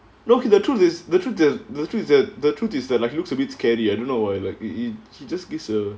okay the truth is the truth that the truth is that the truth is that like he looks a bit scary I don't know why like he he just gives a